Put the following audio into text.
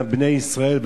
גם בני ישראל,